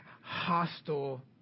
hostile